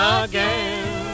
again